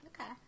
Okay